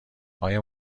آیا